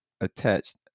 attached